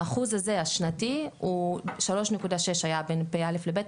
האחוז הזה השנתי הוא 3.6% היה בין פ"א ל-פ"ב.